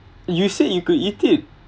you said you could eat it